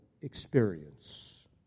experience